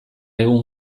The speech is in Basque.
egun